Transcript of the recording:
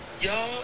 Y'all